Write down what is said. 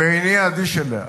ואיני אדיש אליה.